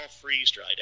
freeze-dried